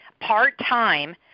part-time